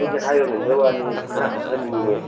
ꯑꯩꯁꯦ ꯍꯥꯏꯕ ꯉꯝꯗꯕꯒꯤ ꯋꯥꯅꯤ ꯈꯔ ꯍꯥꯞꯐꯟꯅꯤꯡꯉꯤꯅꯦ